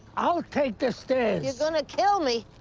i'll take the stairs. you're going to kill me.